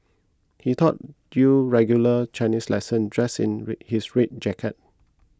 he taught you regular Chinese lesson dressed in red his red jacket